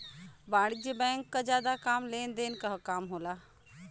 वाणिज्यिक बैंक क जादा काम लेन देन क काम होला